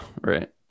right